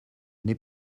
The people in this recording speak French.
n’est